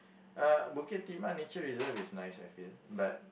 uh Bukit-Timah Nature Reserve is nice I feel but